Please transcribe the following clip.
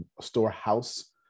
storehouse